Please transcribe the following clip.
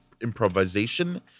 improvisation